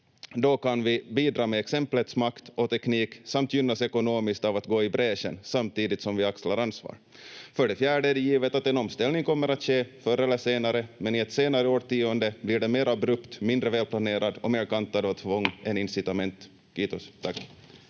Då kan vi bidra med exemplets makt och teknik samt gynnas ekonomiskt av att gå i bräschen, samtidigt som vi axlar ansvar. För det fjärde är det givet att en omställning kommer att ske förr eller senare, men i ett senare årtionde blir den mer abrupt, mindre välplanerad och mer kantad av tvång än incitament. — Kiitos, tack.